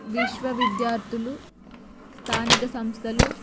విశ్వవిద్యార్థులు స్థానిక సంస్థలు